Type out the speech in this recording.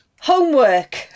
homework